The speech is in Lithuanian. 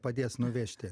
padės nuvežti